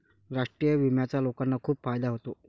राष्ट्रीय विम्याचा लोकांना खूप फायदा होतो